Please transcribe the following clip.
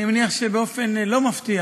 אני מניח שבאופן לא מפתיע